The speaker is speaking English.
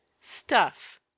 Stuff